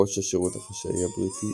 ראש השירות החשאי הבריטי,